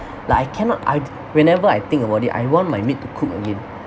like I cannot I whenever I think about it I want my maid to cook again